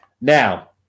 Now